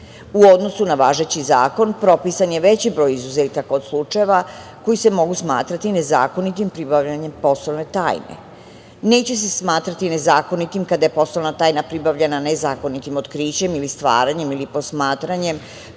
odnosu na važeći zakon propisan je veći broj izuzetaka od slučajeva koji se mogu smatrati nezakonitim pribavljanjem poslovne tajne. Neće se smatrati nezakonitim kada je poslovna tajna pribavljena nezakonitim otkrićem ili stvaranjem ili posmatranjem,